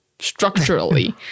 structurally